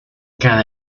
cada